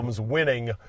winning